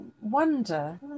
wonder